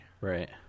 Right